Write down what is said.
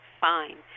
fine